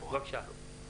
בבקשה.